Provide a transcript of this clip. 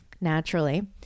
naturally